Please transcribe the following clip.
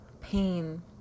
pain